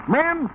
Men